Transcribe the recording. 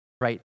right